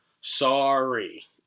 Sorry